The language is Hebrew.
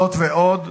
זאת ועוד,